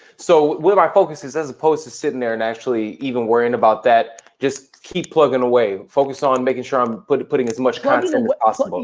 so, where my focus is as opposed to sitting there and actually even worrying about that, just keep plugging away. focus on making sure i'm putting putting as much content but as possible.